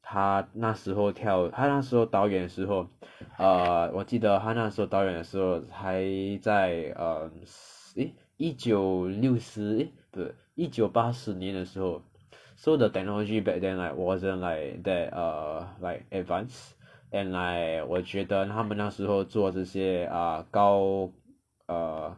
他那时候跳他那时候导演的时候 err 我记得他那时候导演的时候还在 err eh 一九六十一九八四年的时候 so the technology back then like wasn't like that err like advanced and like 我觉得他们那时候做这些 err 高 err